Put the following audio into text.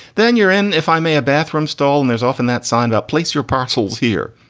then you're in, if i may, a bathroom stall. and there's often that signed up. place your parcel here.